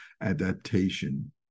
adaptation